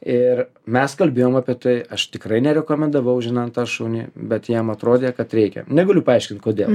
ir mes kalbėjom apie tai aš tikrai nerekomendavau žinant tą šunį bet jiem atrodė kad reikia negaliu paaiškint kodėl